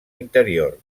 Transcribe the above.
interior